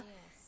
Yes